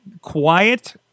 quiet